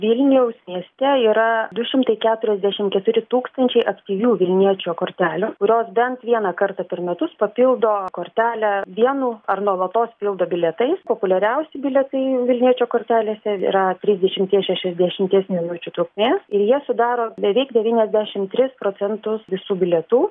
vilniaus mieste yra du šimtai keturiasdešim keturi tūkstančiai aktyvių vilniečio kortelių kurios bent vieną kartą per metus papildo kortelę vienu ar nuolatos pildo bilietais populiariausi bilietai vilniečio kortelėse yra trisdešimties šešiasdešimties minučių trukmės ir jie sudaro beveik devyniasdešim tris procentus visų bilietų